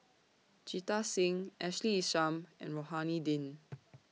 Jita Singh Ashley Isham and Rohani Din